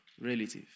relative